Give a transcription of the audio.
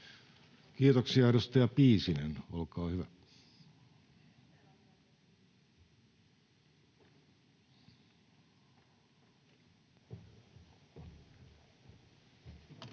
Kiitoksia. — Edustaja Piisinen, olkaa hyvä. [Speech